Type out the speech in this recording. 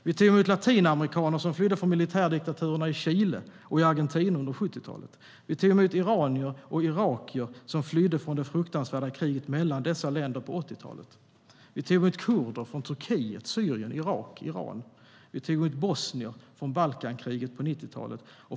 Vi tog emot latinamerikaner som flydde från militärdiktaturerna i Chile och Argentina under 70-talet. Vi tog emot iranier och irakier som flydde från det fruktansvärda kriget mellan dessa länder på 80-talet. Vi tog emot kurder från Turkiet, Syrien, Irak och Iran. Vi tog emot bosnier från Balkankriget under 90-talet.